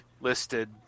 listed